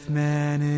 man